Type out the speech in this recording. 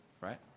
right